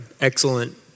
excellent